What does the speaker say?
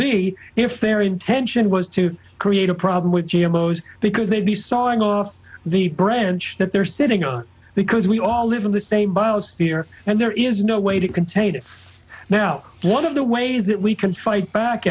be if their intention was to create a problem with g m o's because they'd be sawing off the branch that they're sitting on because we all live in the same biosphere and there is no way to contain it now one of the ways that we can fight back